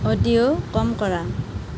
audio কম কৰা